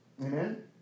Amen